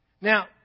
Now